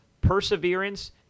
perseverance